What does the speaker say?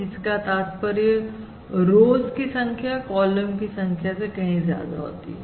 जिसका तात्पर्य रोज की संख्या कॉलम की संख्या से कहीं ज्यादा होती है